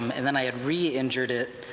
and then i had reinjured it,